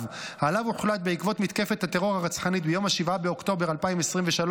שעליו הוחלט בעקבות מתקפת הטרור הרצחנית ביום 7 באוקטובר 2023,